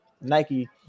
Nike